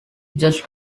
just